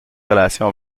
relation